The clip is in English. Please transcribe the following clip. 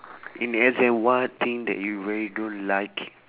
in exam what thing that you really don't like